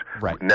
Right